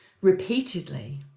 repeatedly